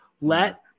Let